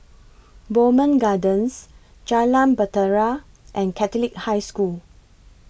Bowmont Gardens Jalan Bahtera and Catholic High School